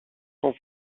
son